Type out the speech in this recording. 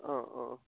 অঁ অঁ